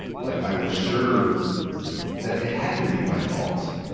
like i was sure that it had to be my fault.